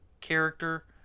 character